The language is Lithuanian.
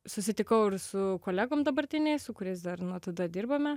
susitikau ir su kolegom dabartiniais su kuriais dar nuo tada dirbome